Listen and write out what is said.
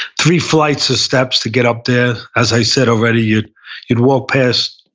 three flights of steps to get up there. as i said already, you'd you'd walk past,